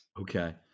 okay